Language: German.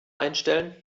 einstellen